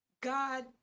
God